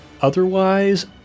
Otherwise